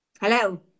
Hello